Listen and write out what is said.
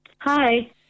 Hi